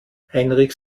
heinrich